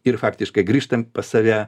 ir faktiškai grįžtant pas save